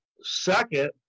Second